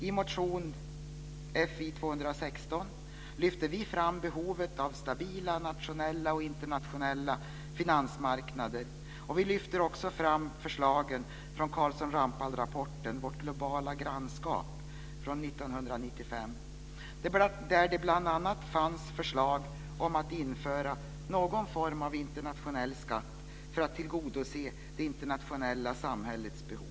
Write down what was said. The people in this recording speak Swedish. I motion Fi216 lyfter vi fram behovet av stabila nationella och internationella finansmarknader, och vi lyfter också fram förslagen från Carlsson-Ramphal-rapporten Vårt globala grannskap från 1995, där det bl.a. fanns förslag om att införa någon form av internationell skatt för att tillgodose det internationella samhällets behov.